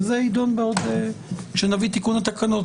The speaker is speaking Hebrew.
אבל זה יידון כשנביא תיקון לתקנות.